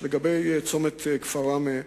לגבי צומת כפר ראמה,